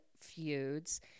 feuds